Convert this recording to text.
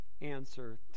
answer